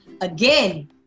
again